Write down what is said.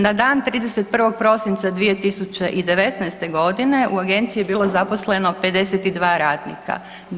Na dan 31. prosinca 2019. g. u agenciji je bilo zaposleno 52 radnika.